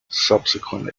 subsequent